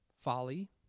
folly